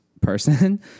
person